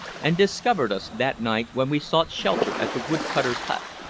and discovered us that night when we sought shelter at the wood-cutter's hut.